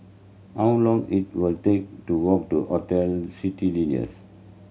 how long it will take to walk to Hotel Citadines